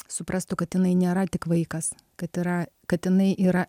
suprastų kad jinai nėra tik vaikas kad yra kad jinai yra